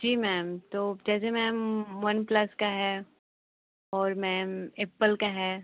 जी ma'am तो जैसे ma'am one plus का है और मैम एप्पल का है